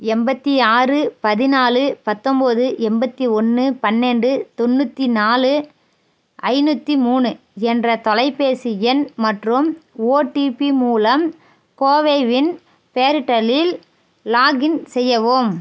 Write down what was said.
எம்பத்தி ஆறு பதினாலு பத்தம்போது எண்பத்தி ஒன்று பன்னெண்டு தொண்ணூற்றி நாலு ஐநூற்றி மூணு என்ற தொலைபேசி எண் மற்றும் ஒடிபி மூலம் கோவேவின் போர்ட்டலில் லாகின் செய்யவும்